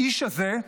האיש הזה,